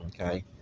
Okay